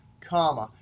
comma.